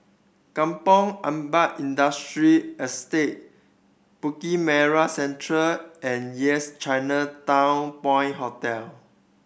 Kampong Ampat Industrial Estate Bukit Merah Central and Yes Chinatown Point Hotel